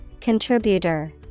Contributor